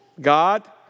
God